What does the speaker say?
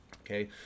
Okay